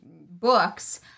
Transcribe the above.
books